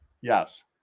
Yes